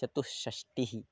चतुष्षष्टिः